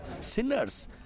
sinners